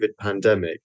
pandemic